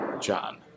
John